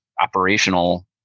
operational